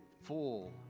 full